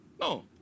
No